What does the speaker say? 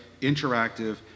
interactive